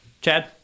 chad